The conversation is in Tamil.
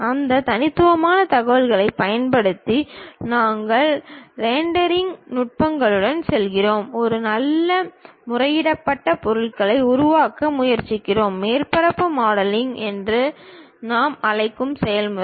அந்த தனித்துவமான தகவலைப் பயன்படுத்தி நாங்கள் ரெண்டரிங் நுட்பங்களுடன் செல்கிறோம் ஒரு நல்ல முறையிடப்பட்ட பொருளை உருவாக்க முயற்சிக்கிறோம் மேற்பரப்பு மாடலிங் என்று நாம் அழைக்கும் செயல்முறை